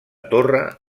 torre